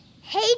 Hey